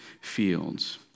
fields